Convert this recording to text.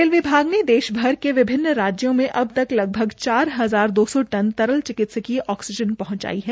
rail विभाग ने देशभर के विभिन्न राज्यों मे अबतक लगभग चार हजार दो सौ टन तरल चिकित्सकीय ऑक्सीजन पहंचाई है